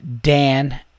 Dan